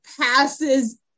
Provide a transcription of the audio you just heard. passes